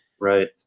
Right